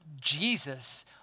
Jesus